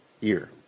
year